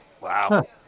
Wow